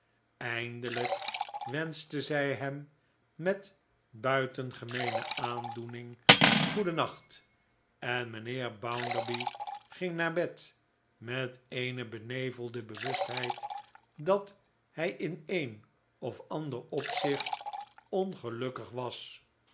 eindelijk wenschte zij hem met buitengemeene aandoening goedennacht en mijnheer bounderby ging naar bed met eene benevelde bewustheid dat hij in een of ander opzicht ongelukkig was